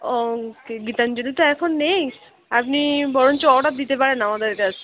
ও গীতাঞ্জলি তো এখন নেই আপনি বরঞ্চ অর্ডার দিতে পারেন আমাদের কাছে